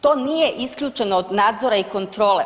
To nije isključeno od nadzora i kontrole.